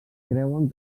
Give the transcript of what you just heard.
creuen